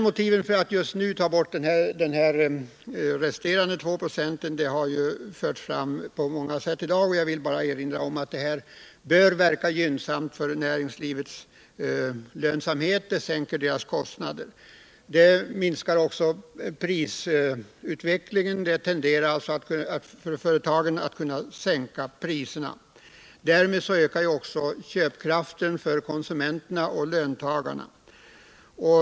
Motiven att just nu ta bort de resterande 2 procenten har anförts av flera talare tidigare i dag. Jag vill bara understryka att åtgärden bör verka gynnsamt på näringslivets lönsamhet, eftersom den sänker dess kostnader. Prisutvecklingen kommer också att påverkas gynnsamt — företagen kommer i många fall att kunna sänka sina priser eller avstå från att höja dem. Därmed ökar konsumenternas köpkraft.